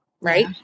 right